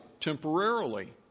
temporarily